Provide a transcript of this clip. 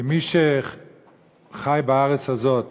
כמי שחי בארץ הזאת